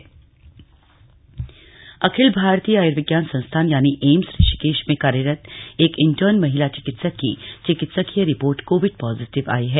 AIIMS corona अखिल भारतीय आयुर्विज्ञान संस्थान एम्स ऋषिकेश में कार्यरत एक इंटर्न महिला चिकित्सक की चिकित्सकीय रिपोर्ट कोविड पॉजिटिव आई है